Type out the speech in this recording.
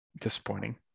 disappointing